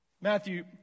Matthew